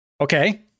okay